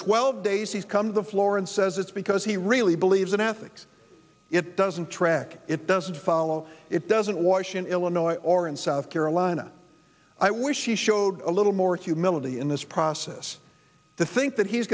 twelve days he's come to the floor and says it's because he really believes in ethics it doesn't track it doesn't follow it doesn't wash in illinois or in south carolina i wish he showed a little more humility in this process to think that he's